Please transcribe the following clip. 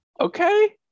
Okay